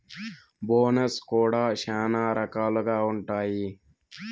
bonus కూడా శ్యానా రకాలుగా ఉంటాయి